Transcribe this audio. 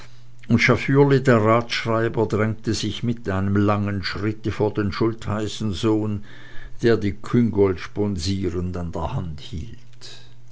der ratsschreiber drängte sich mit einem langen schritte vor den schultheißensohn der die küngolt sponsierend an der hand hielt